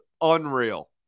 unreal